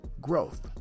growth